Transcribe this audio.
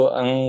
ang